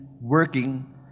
working